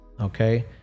Okay